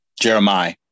Jeremiah